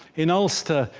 in ulster,